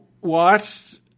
watched